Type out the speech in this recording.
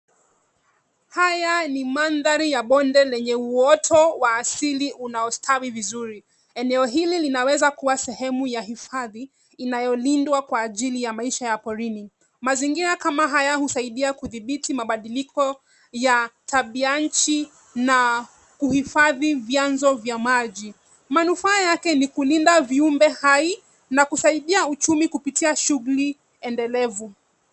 Haya ni mandhari ya bonde lenye uoto wa asili unaostawi vizuri. Eneo hili linaweza kuwa sehemu ya hifadhi inayolindwa kwa ajili ya maisha ya porini. Mazingira kama haya husaidia kudhibiti mabadiliko ya tabianchi na kuhifadhi vyanzo vya maji. Manufaa yake ni kulinda viumbe hai na kusaidia uchumi kupitia shughuli endelevu.